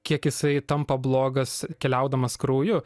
kiek jisai tampa blogas keliaudamas krauju